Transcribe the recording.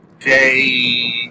day